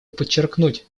подчеркнуть